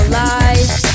lies